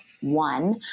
one